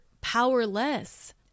powerless